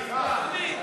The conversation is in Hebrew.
2017,